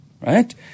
right